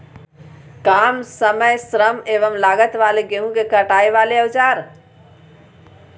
काम समय श्रम एवं लागत वाले गेहूं के कटाई वाले औजार?